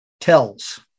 tells